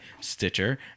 Stitcher